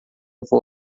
vou